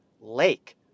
lake